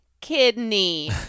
kidney